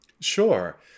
Sure